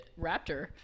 raptor